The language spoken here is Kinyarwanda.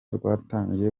rwatangiye